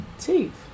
Teeth